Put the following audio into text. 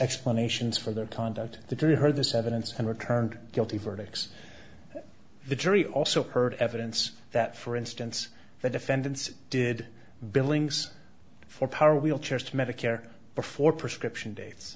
sexpot nations for their conduct the jury heard this evidence and returned guilty verdicts the jury also heard evidence that for instance the defendants did billings for power wheelchairs to medicare before prescription dates